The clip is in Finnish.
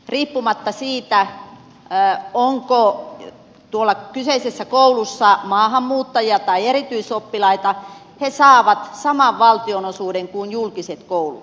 riippumatta siitä onko kyseisessä koulussa maahanmuuttajia tai erityisoppilaita he saavat saman valtionosuuden kuin julkiset koulut